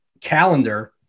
calendar